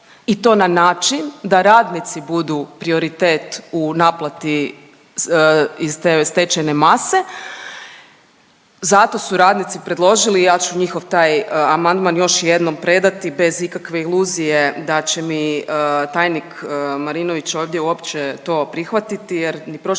i to na način da radnici budu prioritet u naplati iz te stečajne mase. Zato su radnici predložili i ja ću njihov taj amandman još jednom predati bez ikakve iluzije da će mi tajnik Marinović ovdje uopće to prihvatiti. Jer ni prošli